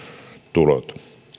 tulot